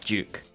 Duke